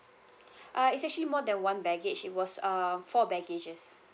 uh it's actually more than one baggage it was uh four baggages